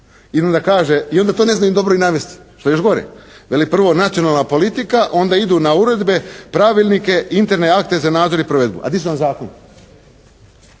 Ili da kaže, i onda to ne znaju dobro ni navesti. Što je još gore. Veli prvo, nacionalna politika, onda idu na uredbe, pravilnike, interne akte za nadzor i provedbu. A di su vam zakoni?